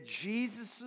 Jesus